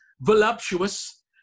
voluptuous